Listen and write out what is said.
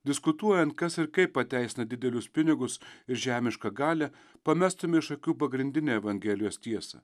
diskutuojant kas ir kaip pateisina didelius pinigus žemiška galią pamestume iš akių pagrindinę evangelijos tiesą